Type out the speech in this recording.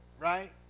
Right